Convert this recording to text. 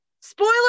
spoiler